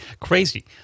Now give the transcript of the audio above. Crazy